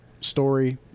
story